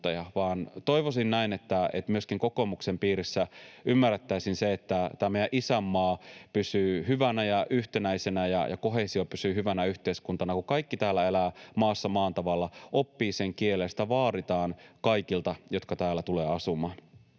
vaan toivoisin näin, että myöskin kokoomuksen piirissä ymmärrettäisiin se, että tämä meidän isänmaa pysyy hyvänä ja yhtenäisenä ja koheesio pysyy hyvänä yhteiskunnassa, kun kaikki täällä elävät maassa maan tavalla, oppivat sen kielen ja sitä vaaditaan kaikilta, jotka täällä tulevat asumaan.